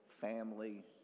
family